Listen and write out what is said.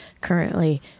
currently